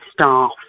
staff